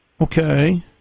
Okay